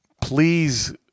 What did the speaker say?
Please